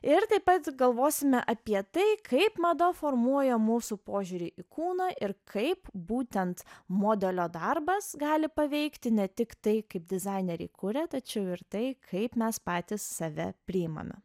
ir taip pat galvosime apie tai kaip mada formuoja mūsų požiūrį į kūną ir kaip būtent modelio darbas gali paveikti ne tik tai kaip dizaineriai kuria tačiau ir tai kaip mes patys save priimame